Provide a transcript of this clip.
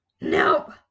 Nope